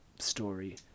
story